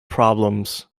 problems